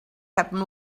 happens